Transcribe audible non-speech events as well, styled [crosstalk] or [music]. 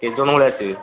କେତେ [unintelligible] ଆସିବେ